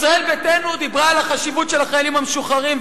ישראל ביתנו דיברה על החשיבות של החיילים המשוחררים,